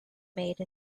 made